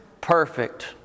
perfect